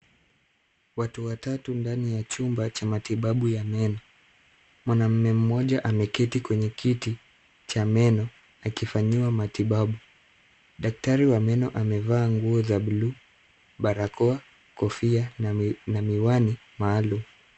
Watu watatu ndani ya chumba cha matibabu ya meno , mwanamume mmoja ameketi kwenye kiti cha meno akifanyiwa matibabu , daktari wa meno amevaa nguo za bluu, barakoa kofia na miwani maalumu .